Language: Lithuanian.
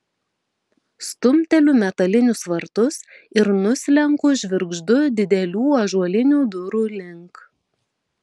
stumteliu metalinius vartus ir nuslenku žvirgždu didelių ąžuolinių durų link